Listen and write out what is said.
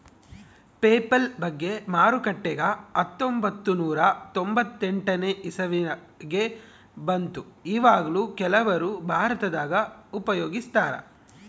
PayPal ಬಗ್ಗೆ ಮಾರುಕಟ್ಟೆಗ ಹತ್ತೊಂಭತ್ತು ನೂರ ತೊಂಬತ್ತೆಂಟನೇ ಇಸವಿಗ ಬಂತು ಈವಗ್ಲೂ ಕೆಲವರು ಭಾರತದಗ ಉಪಯೋಗಿಸ್ತರಾ